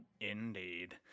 Indeed